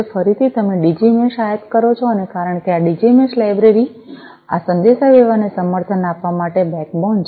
ફરીથી તમે DigiMesh આયાત કરો છો અને કારણ કે આ ડિજી મેશ લાઇબ્રેરી આ સંદેશાવ્યવહારને સમર્થન આપવા માટે બેકબોન છે